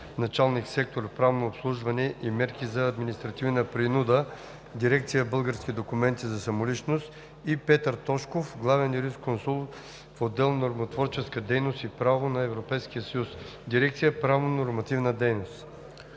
началник-сектор „Правно обслужване и мерки за административна принуда“, дирекция „Български документи за самоличност, и Петър Тошков – главен юрисконсулт в отдел „Нормотворческа дейност и право на Европейския съюз“, дирекция „Правно-нормативна дейност“.